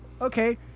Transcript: Okay